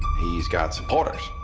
he's got supporters.